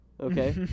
Okay